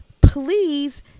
please